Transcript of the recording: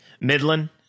Midland